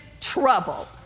trouble